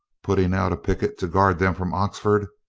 putting out a picket to guard them from oxford,